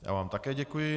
Já vám také děkuji.